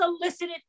solicited